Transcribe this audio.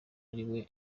ariwe